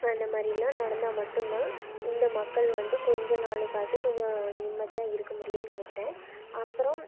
அந்த மாதிரிலாம் நடந்தால் மட்டும்தான் இந்த மக்கள் வந்து கொஞ்ச நாளைக்காவது கொஞ்சம் நிம்மதியாக இருக்க முடியும்ன்னு நினைக்கிறேன் அப்புறம்